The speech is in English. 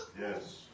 Yes